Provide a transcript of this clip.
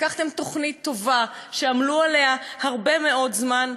לקחתם תוכנית טובה שעמלו עליה הרבה מאוד זמן,